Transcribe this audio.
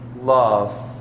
love